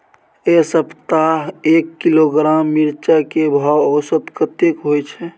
ऐ सप्ताह एक किलोग्राम मिर्चाय के भाव औसत कतेक होय छै?